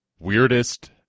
weirdest